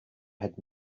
had